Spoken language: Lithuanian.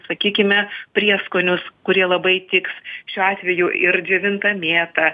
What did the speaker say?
sakykime prieskonius kurie labai tiks šiuo atveju ir džiovinta mėta